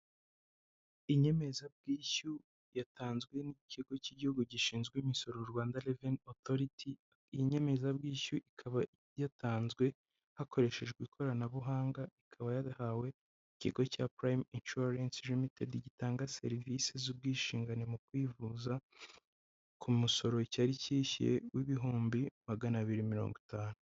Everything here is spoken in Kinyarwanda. Inyemezabwishyu yatanzwe n'ikigo cy'igihugu gishinzwe imisoro Rwanda reveni otoriti, iyi nyemezabwishyu ikaba yatanzwe hakoreshejwe ikoranabuhanga, ikaba yarahawe ikigo cya purayimu insuwarensi rimitedi gitanga serivisi z'ubwisungane mu kwivuza, ku musoro cyari cyishyuye w'ibihumbi maganabiri mirongo itanu.